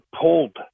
pulled